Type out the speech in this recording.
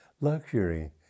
luxury